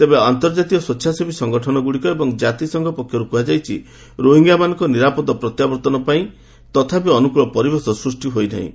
ତେବେ ଅନ୍ତର୍ଜାତୀୟ ସ୍ପେଚ୍ଛାସେବୀ ସଂଗଠନଗୁଡ଼ିକ ଏବଂ କାତିସଂଘ ପକ୍ଷରୁ କୁହାଯାଇଛି ରୋହିଙ୍ଗ୍ୟାମାନଙ୍କ ନିରାପଦ ପ୍ରତ୍ୟାବର୍ତ୍ତନ ପାଇଁ ତଥାପି ଅନୁକୂଳ ପରିବେଶ ସୃଷ୍ଟି ହୋଇନାହିଁ